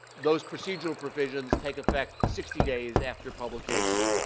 those procedural provisions take effect sixty days after publication.